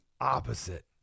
opposite